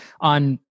on